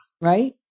Right